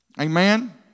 Amen